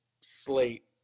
slate